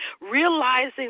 realizing